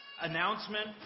Announcement